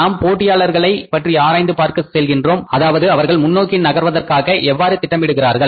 நாம் போட்டியாளர்களை பற்றி ஆராய்ந்து பார்க்க செல்கின்றோம் அதாவது அவர்கள் முன் நோக்கி நகர்வதற்காக எவ்வாறு திட்டமிடுகிறார்கள்